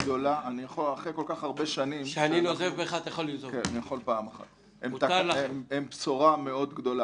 אחרי כל כך הרבה שנים הן בשורה מאוד גדולה,